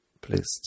please